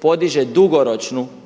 podiže dugoročnu